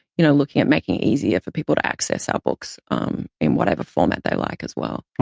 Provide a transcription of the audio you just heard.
you know, looking at making it easier for people to access our books um in whatever format they like as well.